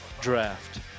draft